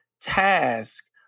task